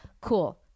cool